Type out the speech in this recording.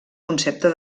concepte